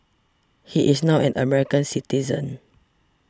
he is now an American citizen